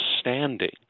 standing